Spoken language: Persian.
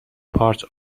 پارچ